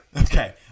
Okay